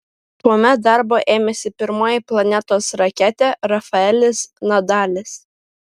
tuomet darbo ėmėsi pirmoji planetos raketė rafaelis nadalis